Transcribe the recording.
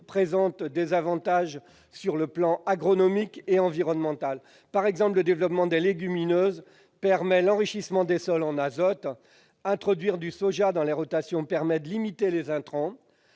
présentent des avantages sur les plans agronomique et environnemental. Par exemple, le développement des légumineuses permet l'enrichissement des sols en azote. Introduire du soja dans les rotations permet aussi de limiter les intrants.